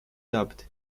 dubbed